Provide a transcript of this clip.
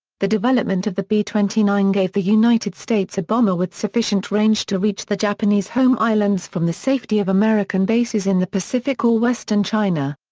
the development of the b twenty nine gave the united states a bomber with sufficient range to reach the japanese home islands from the safety of american bases in the pacific or western china.